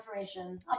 information